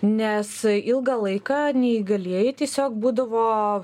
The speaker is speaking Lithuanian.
nes ilgą laiką neįgalieji tiesiog būdavo